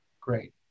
Great